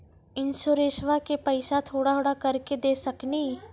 इंश्योरेंसबा के पैसा थोड़ा थोड़ा करके दे सकेनी?